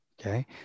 okay